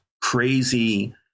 crazy